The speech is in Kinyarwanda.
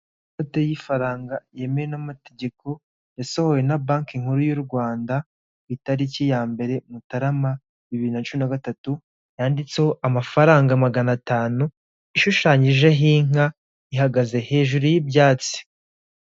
Inote y'ifaranga yemewe n'amategeko yasohowe na banki nkuru y'u Rwanda ku itariki ya mbere mutarama bibiri na cumi na gatatu yanditseho amafaranga magana atanu ishushanyijeho inka ihagaze hejuru y'ibyatsi.